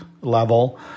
level